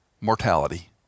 mortality